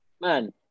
man